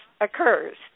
occurs